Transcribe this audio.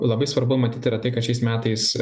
labai svarbu matyt yra tai kad šiais metais